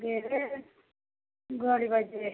ಬೇರೆ ಗೋಳಿ ಬಜೆ